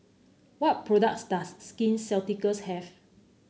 what products does Skin Ceuticals have